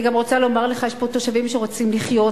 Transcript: אני גם רוצה לומר לך: יש פה תושבים שרוצים לחיות